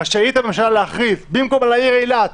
רשאית הממשלה להכריז במקום על העיר אילת,